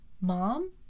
mom